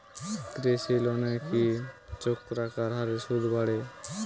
কৃষি লোনের কি চক্রাকার হারে সুদ বাড়ে?